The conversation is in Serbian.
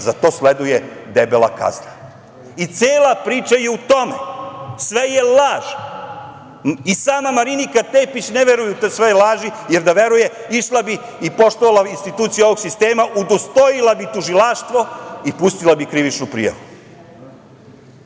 za to sleduje debela kazna. Cela priča je u tome. Sve je laž. I sama Marinika Tepić ne veruje u svoje laži, jer da veruje išla bi i poštovala institucije ovog sistema, udostojila bi tužilaštvo i pustila bi krivičnu prijavu.